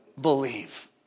believe